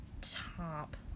top